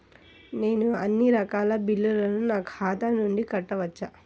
నేను అన్నీ రకాల బిల్లులను నా ఖాతా నుండి కట్టవచ్చా?